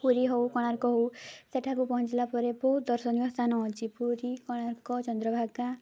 ପୁରୀ ହେଉ କୋଣାର୍କ ହେଉ ସେଠାକୁ ପହଞ୍ଚିଲା ପରେ ବହୁତ ଦର୍ଶନୀୟ ସ୍ଥାନ ଅଛି ପୁରୀ କୋଣାର୍କ ଚନ୍ଦ୍ରଭାଗା